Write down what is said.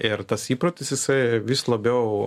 ir tas įprotis jisai vis labiau